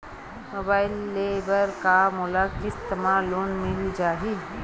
Mobile ले बर का मोला किस्त मा लोन मिल जाही?